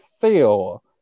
feel